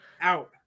Out